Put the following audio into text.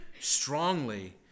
strongly